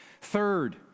Third